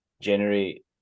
generate